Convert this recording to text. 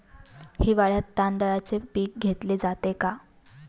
हिवाळ्यात तांदळाचे पीक घेतले जाते का?